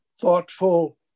thoughtful